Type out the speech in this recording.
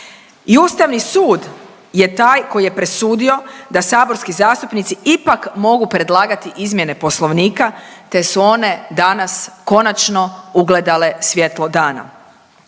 Ustavni sud je taj koji je presudio da saborski zastupnici ipak mogu predlagati izmjene poslovnika, te su one danas konačno ugledale svjetlo dana.